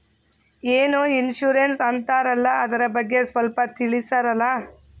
ಏನೋ ಇನ್ಸೂರೆನ್ಸ್ ಅಂತಾರಲ್ಲ, ಅದರ ಬಗ್ಗೆ ಸ್ವಲ್ಪ ತಿಳಿಸರಲಾ?